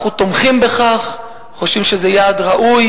אנחנו תומכים בכך וחושבים שזה יעד ראוי.